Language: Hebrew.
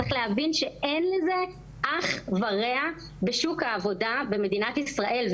צריך להבין שאין לזה אח ורע בשוק העבודה במדינת ישראל.